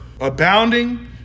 abounding